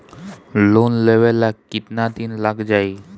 Loan लेबे ला कितना दिन लाग जाई?